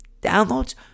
downloads